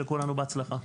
שיהיה לכולנו בהצלחה.